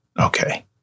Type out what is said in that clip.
Okay